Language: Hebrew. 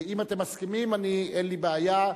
אם אתם מסכימים, אין לי בעיה.